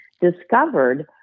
discovered